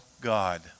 God